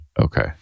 Okay